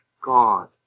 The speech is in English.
God